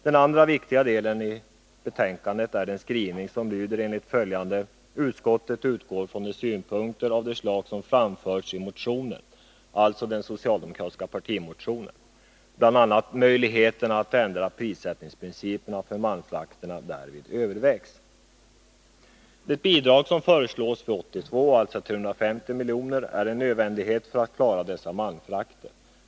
Den andra viktiga delen i betänkandet är den skrivning som lyder enligt följande: ”Utskottet utgår från att synpunkter av det slag som framförs i motionen” — alltså den socialdemokratiska partimotionen — ”bl.a.möjligheterna att ändra prissättningsprinciperna för malmfrakterna, därvid övervägs.” Det bidrag som föreslås för 1982, alltså 350 miljoner, är en nödvändighet för att klara dessa malmfrakter.